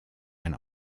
ein